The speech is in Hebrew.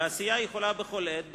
והסיעה יכולה בכל עת,